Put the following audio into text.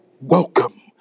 Welcome